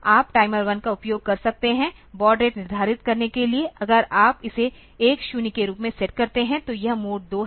आप टाइमर 1 का उपयोग कर सकते हैं बॉड रेट निर्धारित करने के लिए अगर आप इसे 10 के रूप में सेट करते हैं तो यह मोड 2 है